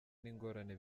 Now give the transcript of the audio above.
n’ingorane